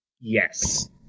Yes